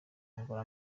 angola